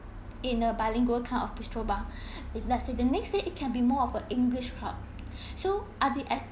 in a bilingual kind of bistro bar if let's say the next day it can be more of a english crowd so are they